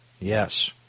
Yes